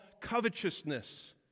covetousness